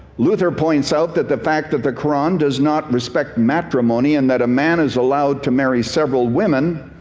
luther points out that the fact that the quran does not respect matrimony and that a man is allowed to marry several women,